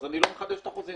אז אני לא מחדש את החוזים.